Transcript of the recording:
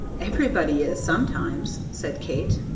everybody is, sometimes, said kate.